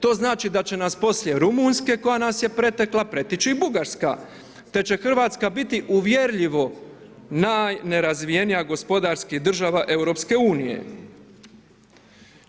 To znači da će nas poslije Rumunjske koja nas je pretekla, preteći i Bugarska te će Hrvatska biti uvjerljivo najnerazvijenija gospodarski država EU-a.